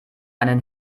einen